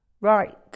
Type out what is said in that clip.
Right